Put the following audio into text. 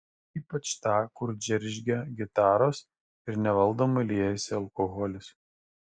ypač tą kur džeržgia gitaros ir nevaldomai liejasi alkoholis